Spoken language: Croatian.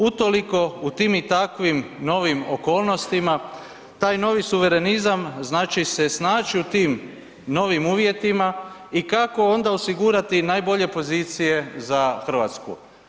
Utoliko, u tim i takvim novim okolnostima taj novi suverenizam znači se snaći u tim novim uvjetima i kako onda osigurati najbolje pozicije za RH.